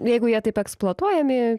jeigu jie taip eksploatuojami